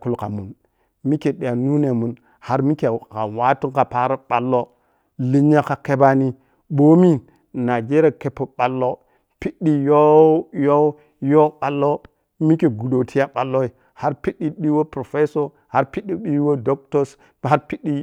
kullum khamun mikhe daya nune mun har mikhe kha man kha paro ballo lenya kha khebbani ɓomi nijiriya kheppo ballo piɓɓii yoh yoh. yoh ballo mikhe gbudo tiya balloi has piɓɓi ɓiyo professo her piɓɓi piɓɓi ɓiyodoctors have piɓɓi